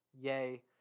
yay